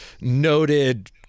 noted